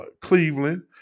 Cleveland